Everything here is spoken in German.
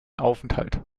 aufenthalt